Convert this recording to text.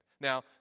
Now